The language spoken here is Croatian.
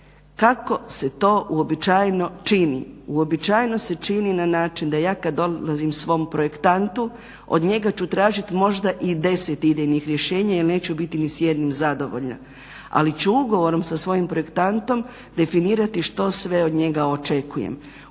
kako se to uobičajeno čini. Uobičajeno se čini na način da ja kad dolazim svom projektantu od njega ću tražit možda i 10 idejnih rješenja jer neću biti ni s jednim zadovoljna, ali ću ugovorom sa svojim projektantom definirati što sve od njega očekujem.